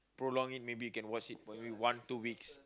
prolong it maybe you can watch it one two weeks